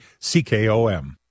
CKOM